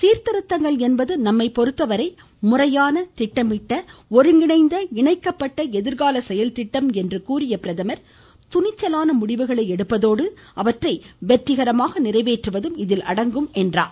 சீர்திருத்தங்கள் என்பது நம்மை பொறுத்தவரை முறையான திட்டமிட்ட ஒருங்கிணைந்த இணைக்கப்பட்ட எதிர்கால செயல்திட்டம் என்று கூறிய அவர் துணிச்சலான முடிவுகளை எடுப்பதோடு அவற்றை வெற்றிகரமாக நிறைவேற்றுவதும் இதில் அடங்கும் என்றார்